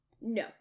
No